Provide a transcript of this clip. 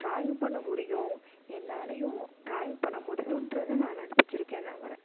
drawing பண்ண முடியும் என்னாலையும் ட்ராயிங் பண்ண முடியுன்றதை நான் நிருப்பிச்சிருக்கேன் நம்பறேன்